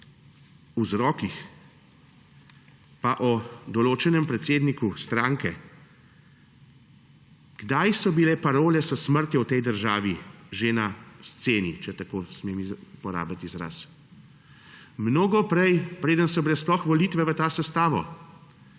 vzrokih pa o določenem predsedniku stranke, kdaj so bile parole s smrtjo v tej državi že na sceni, če smem uporabiti ta izraz? Mnogo prej, preden so bile sploh volitve v to sestavo.